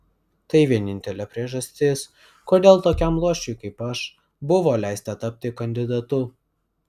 tai vienintelė priežastis kodėl tokiam luošiui kaip aš buvo leista tapti kandidatu